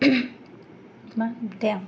मा होनखोथाय आं